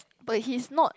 but he's not